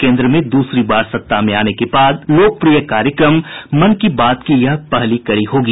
केन्द्र में दूसरी बार सत्ता में आने के बाद लोकप्रिय कार्यक्रम मन की बात की यह पहली कड़ी होगी